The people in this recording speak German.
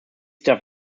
darf